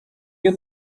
iyo